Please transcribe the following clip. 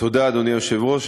תודה, אדוני היושב-ראש.